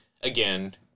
again